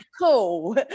cool